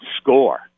score